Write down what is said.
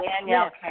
Danielle